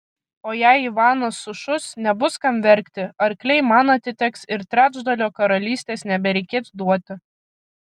o jei ivanas sušus nebus kam verkti arkliai man atiteks ir trečdalio karalystės nebereikės duoti